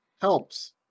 helps